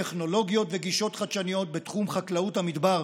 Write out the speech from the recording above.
טכנולוגיות וגישות חדשניות בתחום חקלאות המדבר,